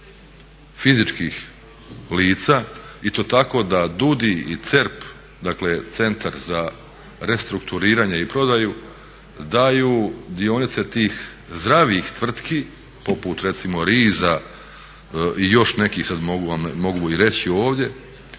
fizičkih lica i to tako da DUUDI i CERP, dakle Centar za restrukturiranje i prodaju daju dionice tih zdravih tvrtki poput recimo RIZ-a i još nekih sad mogu i reći ovdje